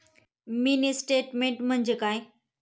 Mini statement म्हणजे काय?